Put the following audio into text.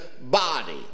body